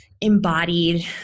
embodied